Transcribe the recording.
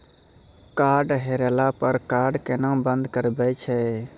Card हेरैला पर card केना बंद करबै छै?